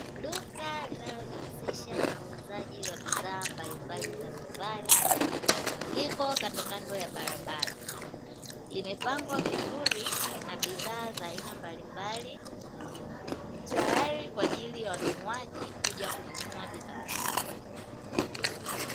Duka linalo jihusisha na uuzaji wa bidhaa mbalimbali za nyumbani liko kando kando ya barabara limepangwa vizuri na bidhaa za aina mbalimbali tayari kwa ajili ya wanunuaji kuja kununua bidhaa hizo.